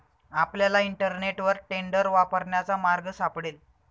आपल्याला इंटरनेटवर टेंडर वापरण्याचा मार्ग सापडेल